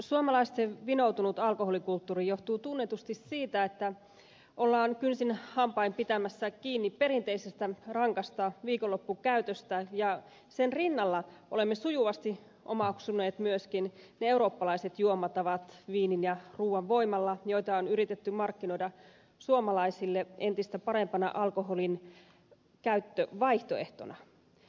suomalaisten vinoutunut alkoholikulttuuri johtuu tunnetusti siitä että ollaan kynsin hampain pitämässä kiinni perinteisestä rankasta viikonloppukäytöstä ja sen rinnalla olemme sujuvasti omaksuneet myöskin ne eurooppalaiset juomatavat viinin ja ruuan voimalla joita on yritetty markkinoida suomalaisille entistä parempana alkoholinkäyttövaihtoehtona